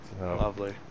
Lovely